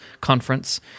Conference